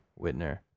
Whitner